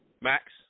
Max